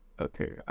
okay